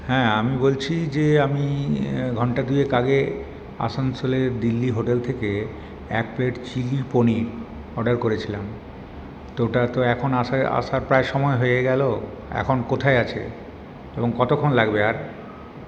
হ্যাঁ আমি বলছি যে আমি ঘণ্টা দুয়েক আগে আসানসোলের দিল্লি হোটেল থেকে এক প্লেট চিলি পনির অর্ডার করেছিলাম তো ওটা তো এখন আসার প্রায় সময় হয়ে গেল এখন কোথায় আছে এবং কতক্ষণ লাগবে আর